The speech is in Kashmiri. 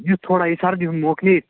یُتھ تھوڑا یہِ سردی ہُنٛد موقعہٕ نیرِ